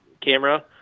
camera